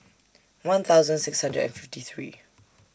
one thousand six hundred and fifty three